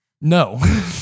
No